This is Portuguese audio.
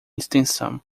extensão